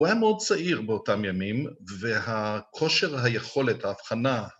‫הוא היה מאוד צעיר באותם ימים, ‫והכושר היכולת, ההבחנה...